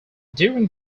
during